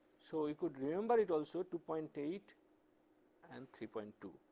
so you could remember it also, two point eight and three point two